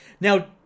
Now